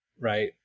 right